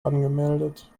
angemeldet